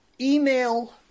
Email